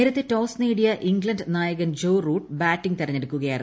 നേരത്തെ ടോസ് നേടിയ ഇംഗ്ലണ്ട് നായകൻ ജോ റൂട്ട് ബാറ്റിംഗ് തെരഞ്ഞെടുക്കുകയായിരുന്നു